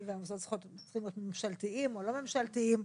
המוסדות צריכים להיות ממשלתיים או לא ממשלתיים,